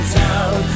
town